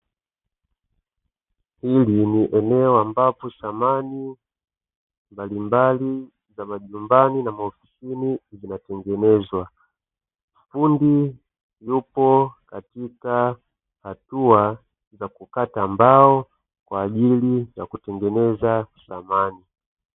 Hili ni eneo ambapo samani mbalimbali za majumbani na maofisini zinatengenezwa, fundi yupo katika hatua za kukata mbao kwa ajili ya kutengeneza samani.